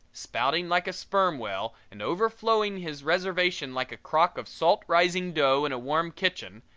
spouting like a sperm-whale and overflowing his reservation like a crock of salt-rising dough in a warm kitchen,